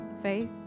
Faith